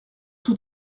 tous